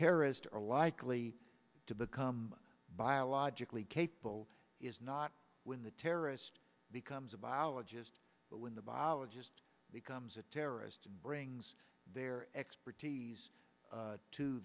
terrorists are likely to the come biologically capable is not when the terrorist becomes a biologist but when the biologist becomes a terrorist and brings their expertise